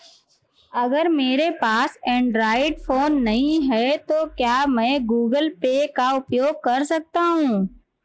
अगर मेरे पास एंड्रॉइड फोन नहीं है तो क्या मैं गूगल पे का उपयोग कर सकता हूं?